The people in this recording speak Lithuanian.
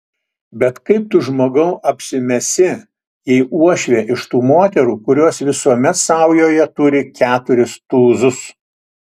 bet kaip tu žmogau apsimesi jei uošvė iš tų moterų kurios visuomet saujoje turi keturis tūzus